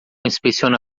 inspeciona